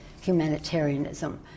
humanitarianism